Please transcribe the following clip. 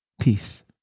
peace